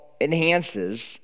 enhances